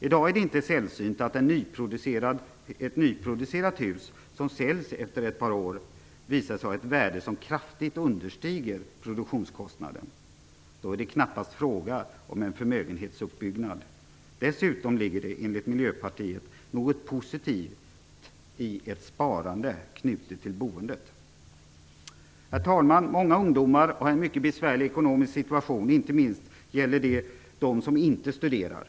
I dag är det inte sällsynt att ett nyproducerat hus som säljs efter ett par år visar sig ha ett värde som kraftigt understiger produktionskostnaden. Då är det knappast fråga om en förmögenhetsuppbyggnad. Dessutom ligger det enligt Miljöpartiet något positivt i ett sparande knutet till boendet. Herr talman! Många ungdomar har en mycket besvärlig ekonomisk situation. Inte minst gäller detta de som inte studerar.